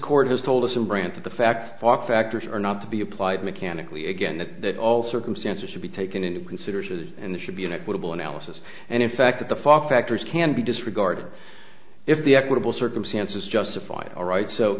court has told us and grant that the facts off actors are not to be applied mechanically again that all circumstances should be taken into consideration and it should be an equitable analysis and in fact that the fall factors can be disregarded if the equitable circumstances justify it all right so